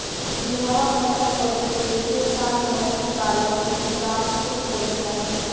इहवा फसल अउरी पेड़ के साथ मछली पालन के भी काम खुब कईल जाला